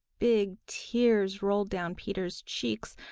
big tears rolled down peter's cheeks.